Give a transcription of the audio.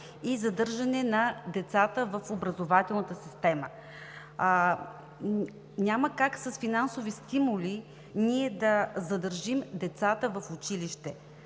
и задържане на децата в образователната система. Няма как с финансови стимули ние да задържим децата в училище.